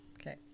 Okay